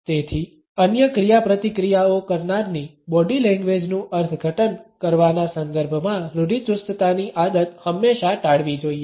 તેથી અન્ય ક્રિયાપ્રતિક્રિયાઓ કરનારની બોડી લેંગ્વેજનું અર્થઘટન કરવાના સંદર્ભમાં રૂઢિચુસ્તતાની આદત હંમેશા ટાળવી જોઈએ